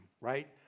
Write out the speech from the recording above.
right